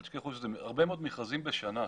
אל תשכחו שזה הרבה מאוד מכרזים בשנה,